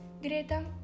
Greta